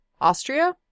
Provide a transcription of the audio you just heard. Austria